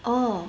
orh